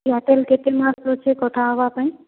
Airtel କେତେ ମାସ ଦେଉଛେ କଥା ହେବା ପାଇଁ